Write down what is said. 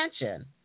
attention